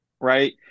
right